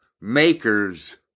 makers